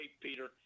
Peter